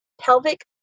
pelvic